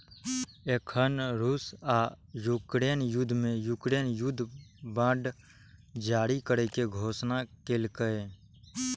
एखन रूस आ यूक्रेन युद्ध मे यूक्रेन युद्ध बांड जारी करै के घोषणा केलकैए